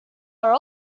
are